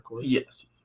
Yes